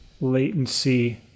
latency